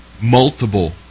multiple